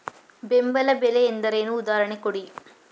ಬೆಂಬಲ ಬೆಲೆ ಎಂದರೇನು, ಉದಾಹರಣೆ ಕೊಡಿ?